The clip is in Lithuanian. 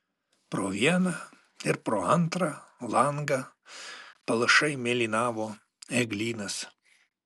pro vieną ir pro antrą langą palšai mėlynavo eglynas